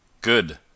Good